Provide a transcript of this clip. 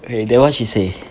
okay them what she say